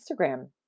Instagram